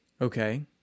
okay